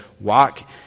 walk